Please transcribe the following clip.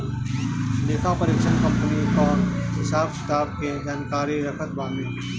लेखापरीक्षक कंपनी कअ हिसाब किताब के जानकारी रखत बाने